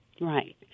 Right